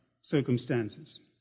circumstances